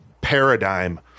paradigm